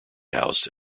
house